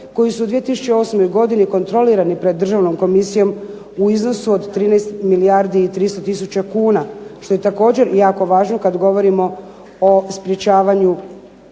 koji su u 2008. godini kontrolirani pred Državnom komisijom u iznosu od 13 milijardi i 300 tisuća kuna. Što je također jako važno kad govorimo o sprječavanju